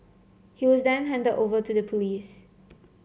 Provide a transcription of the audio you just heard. he was then handed over to the police